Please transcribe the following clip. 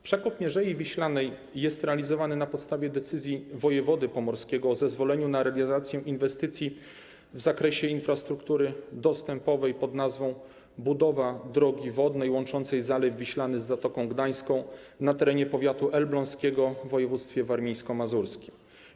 Przekop Mierzei Wiślanej jest realizowany na podstawie decyzji wojewody pomorskiego o zezwoleniu na realizację inwestycji w zakresie infrastruktury dostępowej pod nazwą „Budowa drogi wodnej łączącej Zalew Wiślany z Zatoką Gdańską na terenie powiatu elbląskiego w województwie warmińsko-mazurskim”